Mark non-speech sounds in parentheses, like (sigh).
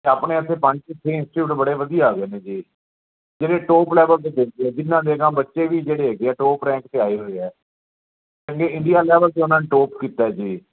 ਅਤੇ ਆਪਣੇ ਉੱਥੇ (unintelligible) ਇੰਸਟੀਚਿਊਟ ਬੜੇ ਵਧੀਆ ਆ ਗਏ ਨੇ ਜੀ ਜਿਹੜੇ ਟੋਪ ਲੈਵਲ 'ਤੇ ਦੇਖਦੇ ਹਾਂ ਜਿਨ੍ਹਾਂ ਦੇ ਨਾ ਬੱਚੇ ਵੀ ਜਿਹੜੇ ਹੈਗੇ ਹੈ ਟੌਪ ਰੈਂਕ 'ਤੇ ਆਏ ਹੋਏ ਆ ਚੰਗੇ ਇੰਡੀਆ ਲੈਵਲ 'ਤੇ ਉਹਨਾਂ ਨੇ ਟੋਪ ਕੀਤਾ ਜੀ